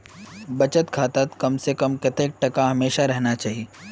बचत खातात कम से कम कतेक टका हमेशा रहना चही?